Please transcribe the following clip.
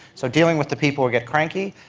so dealing with the people who get cranky,